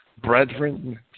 brethren